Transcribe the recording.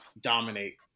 dominate